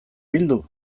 bildu